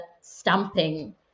stamping